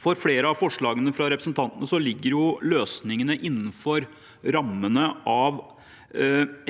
For flere av forslagene fra representantene ligger løsningen innenfor rammene av